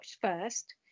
first